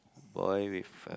boy with